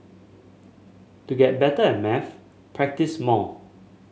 to get better at maths practise more